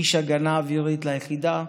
איש הגנה אווירית ליחידה,